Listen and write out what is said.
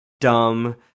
dumb